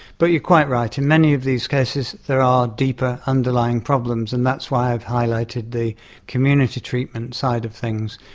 but you're quite right, in many of these cases there are deeper underlying problems and that's why i've highlighted the community treatment side of things.